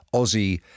Aussie